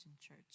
Church